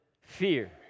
fear